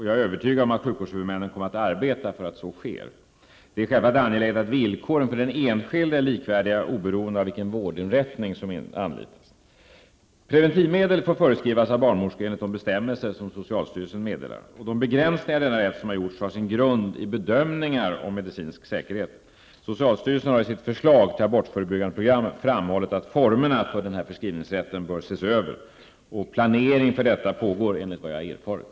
Jag är övertygad om att sjukvårdshuvudmännen kommer att arbeta för att så sker. Det är självfallet angeläget att villkoren för den enskilde är likvärdiga oberoende av vilken vårdinrättning som anlitas. Preventivmedel får förskrivas av barnmorskor enligt de bestämmelser som socialstyrelsen meddelar. De begränsningar i denna rätt som gjorts har sin grund i bedömningar om medicinsk säkerhet. Socialstyrelsen har i sitt förslag till abortförebyggande program framhållit att formerna för denna förskrivningsrätt bör ses över. Planering härför pågår enligt vad jag har erfarit.